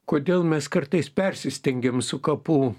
kodėl mes kartais persistengiam su kapų